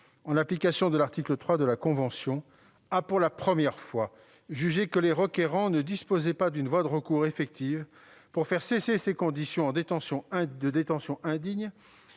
en application de l'article 3 de la Convention, a pour la première fois jugé que les requérants ne disposaient pas d'une voie de recours effective pour faire cesser ces conditions de détention indignes.